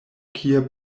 kie